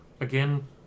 Again